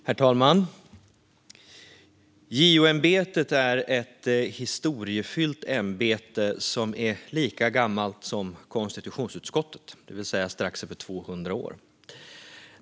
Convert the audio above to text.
Herr talman! JO-ämbetet är ett historiefyllt ämbete som är lika gammalt som konstitutionsutskottet, det vill säga strax över 200 år.